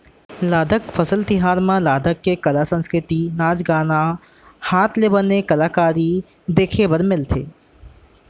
लद्दाख फसल तिहार म लद्दाख के कला, संस्कृति, नाच गाना, हात ले बनाए कलाकारी देखे बर मिलथे